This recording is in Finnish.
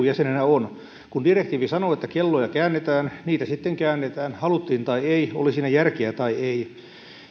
jäsenenä on kun direktiivi sanoo että kelloja käännetään niitä sitten käännetään haluttiin tai ei oli siinä järkeä tai ei